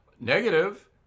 negative